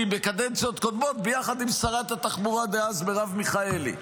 בקדנציות קודמות ביחד עם שרת התחבורה דאז מרב מיכאלי,